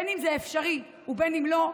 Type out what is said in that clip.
בין אם זה אפשרי ובין אם לא,